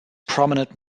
prominent